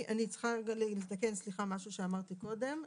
אני צריכה רגע לתקן משהו שאמרתי קודם.